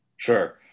Sure